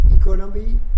economy